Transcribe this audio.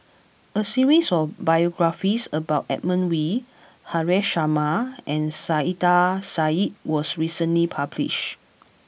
a series of biographies about Edmund Wee Haresh Sharma and Saiedah Said was recently published